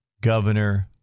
governor